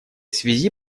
связи